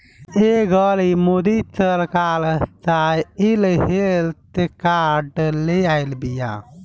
ए घड़ी मोदी सरकार soil health card ले आइल बिया